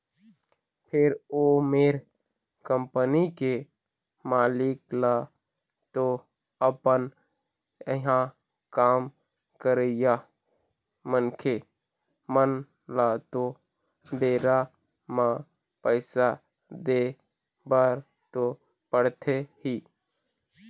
फेर ओ मेर कंपनी के मालिक ल तो अपन इहाँ काम करइया मनखे मन ल तो बेरा म पइसा देय बर तो पड़थे ही